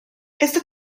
este